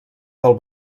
del